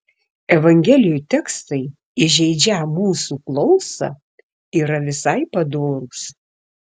evangelijų tekstai įžeidžią mūsų klausą yra visai padorūs